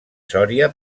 sòria